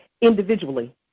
individually